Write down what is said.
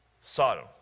Sodom